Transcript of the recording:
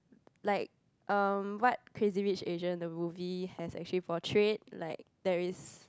like um what crazy-rich-asian the movie has actually portrayed like there is